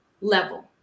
level